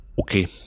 Okay